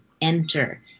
enter